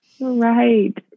Right